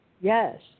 Yes